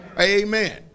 Amen